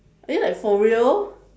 are you like for real